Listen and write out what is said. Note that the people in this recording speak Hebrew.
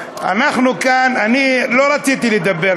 אני לא רציתי לדבר,